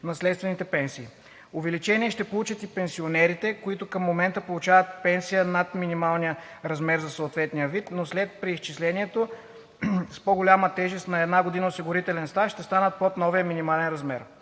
наследствените пенсии. Увеличение ще получат и пенсионерите, които към момента получават пенсия над минималния размер за съответния вид, но след преизчислението с по-голямата „тежест“ на една година осигурителен стаж ще останат под новия минимален размер.